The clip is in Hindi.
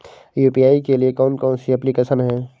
यू.पी.आई के लिए कौन कौन सी एप्लिकेशन हैं?